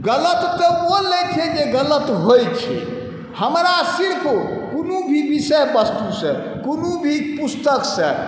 गलत तऽ ओ लै छै जे गलत होइ छै हमरा सिर्फ कोनो भी विषय वस्तुसँ कोनो भी पुस्तकसँ